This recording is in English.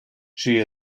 she